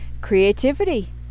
creativity